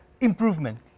improvement